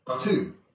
two